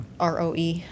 ROE